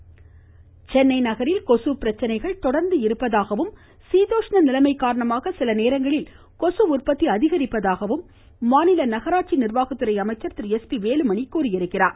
பே S P Velumani Chennai நகரில் கொசு பிரச்னை தொடர்ந்து இருப்பதாகவும் சீதோஷ்ண நிலைமை காரணமாக சிலநேரங்களில் கொசு உற்பத்தி அதிகரிப்பதாகவும் மாநில நகராட்சி நிர்வாகத்துறை அமைசச்ர் திரு எஸ் பி வேலுமணி தெரிவித்தார்